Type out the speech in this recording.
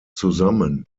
zusammen